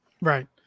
right